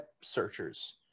searchers